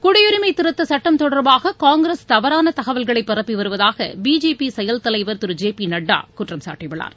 குடியுரிமைதிருத்தசட்டம் தொடர்பாககாங்கிரஸ் தவறானதகவல்களைபரப்பிவருவதாகபிஜேபிசெயல்தலைவர் திரு ஜே பிநட்டாகுற்றம்சாட்டியுள்ளார்